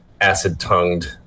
acid-tongued